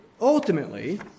Ultimately